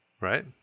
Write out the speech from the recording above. Right